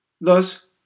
Thus